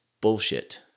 bullshit